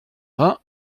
vingt